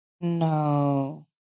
No